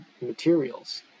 materials